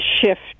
shift